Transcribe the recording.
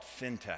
fintech